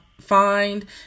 find